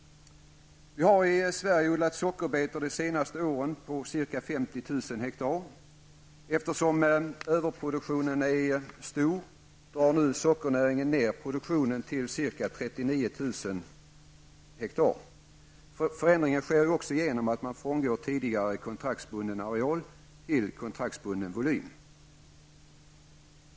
Vi har i Sverige under de senaste åren odlat sockerbetor på ca 50 000 ha. Eftersom överproduktionen är stor drar nu sockernäringen ner odlingen till ca 39 000 ha. Förändring sker också genom att man övergår från kontraktsbunden areal till kontraktsbunden volym.